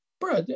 bro